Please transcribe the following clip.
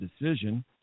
Decision